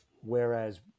whereas